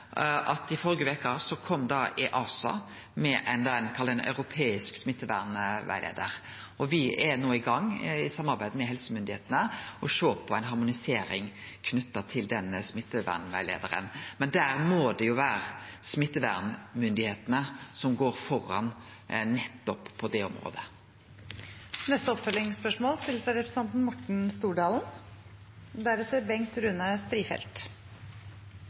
at EASA i førre veke kom med det ein kan kalle ein europeisk smittevernrettleiar, og me er no i gang, i samarbeid med helsemyndigheitene, med å sjå på ei harmonisering knytt til den smittevernrettleiaren. Men det må det vere smittevernmyndigheitene som går i front på det området. Det blir oppfølgingsspørsmål – først Morten Stordalen.